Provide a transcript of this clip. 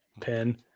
pin